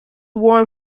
warm